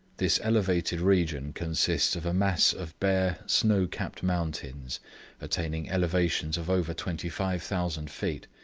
this elevated region consists of a mass of bare snow-capped mountains attaining elevations of over twenty five thousand feet,